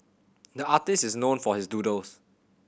the artist is known for his doodles